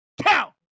count